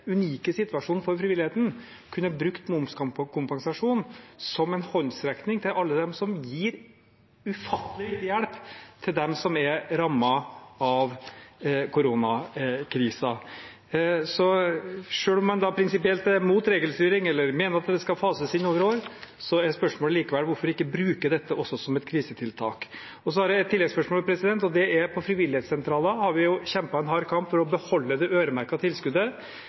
unike situasjonen for frivilligheten kunne brukt momskompensasjon som en håndsrekning til alle dem som gir ufattelig viktig hjelp til dem som er rammet av koronakrisen. Så selv om man da prinsipielt er mot regelstyring, eller mener at det skal fases inn over år, er spørsmålet likevel: Hvorfor ikke bruke dette også som et krisetiltak? Så har jeg et tilleggsspørsmål, og det er: På frivillighetssentraler har vi kjempet en hard kamp for å beholde det øremerkede tilskuddet.